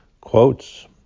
quotes